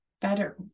better